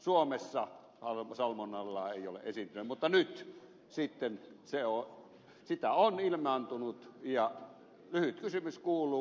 suomessa salmonellaa ei ole esiintynyt mutta nyt sitten sitä on ilmaantunut ja lyhyt kysymys kuuluu